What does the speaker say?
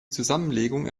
zusammenlegung